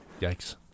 Yikes